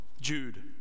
Jude